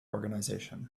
organization